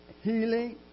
healing